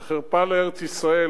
זה חרפה לארץ-ישראל,